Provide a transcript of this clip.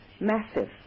massive